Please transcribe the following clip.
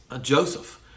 Joseph